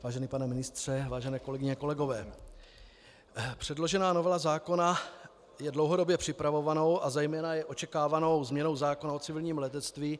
Vážený pane ministře, vážené kolegyně, kolegové, předložená novela zákona je dlouhodobě připravovanou a zejména očekávanou změnou zákona o civilním letectví.